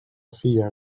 filla